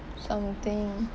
something